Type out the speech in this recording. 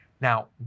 now